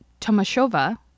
Tomashova